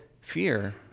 fear